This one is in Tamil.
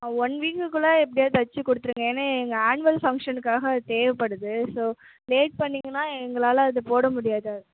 ஒன் வீக்குக்குள்ளே எப்படியாது தைச்சி கொடுத்துருங்க ஏன்னால் எங்கள் ஆனுவல் ஃபங்க்ஷனுக்காக அது தேவைப்படுது ஸோ லேட் பண்ணிங்கனால் எங்களால் அது போட முடியாது